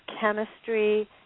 chemistry